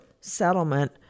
settlement